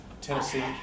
Tennessee